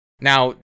Now